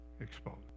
exposed